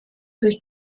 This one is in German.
sich